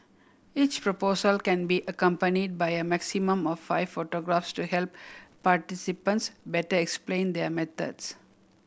each proposal can be accompany by a maximum of five photographs to help participants better explain their methods